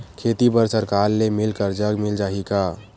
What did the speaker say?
खेती बर सरकार ले मिल कर्जा मिल जाहि का?